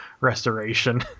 restoration